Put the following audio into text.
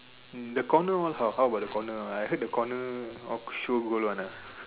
um the corner one how how about the corner one I heard the corner hold on ah